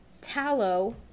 Tallow